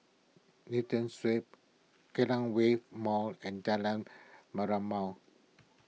Newton Suites Kallang Wave Mall and Jalan Merlimau